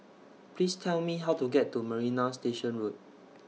Please Tell Me How to get to Marina Station Road